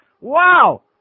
Wow